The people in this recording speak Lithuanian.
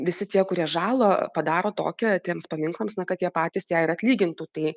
visi tie kurie žalą padaro tokią tiems paminklams na kad jie patys ją ir atlygintų tai